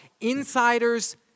insiders